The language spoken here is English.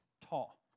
tall